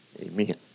Amen